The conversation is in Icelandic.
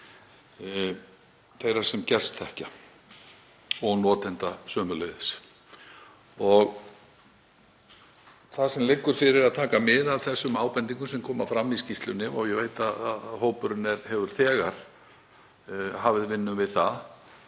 við þá sem gerst þekkja og notenda sömuleiðis. Það sem liggur fyrir er að taka mið af þeim ábendingum sem koma fram í skýrslunni — ég veit að hópurinn hefur þegar hafið vinnu við það